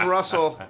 Russell